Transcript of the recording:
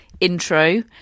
intro